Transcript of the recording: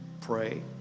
Pray